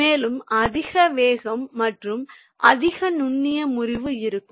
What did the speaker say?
மேலும் அதிக வேகம் மற்றும் அதிக நுண்ணிய முறிவு இருக்கும்